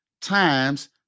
times